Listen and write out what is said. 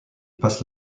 passent